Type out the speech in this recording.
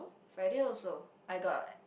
Friday also I got